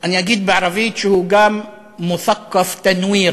אני אגיד בערבית שהוא גם (אומר דברים בשפה הערבית).